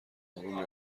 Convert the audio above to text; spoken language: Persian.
اروم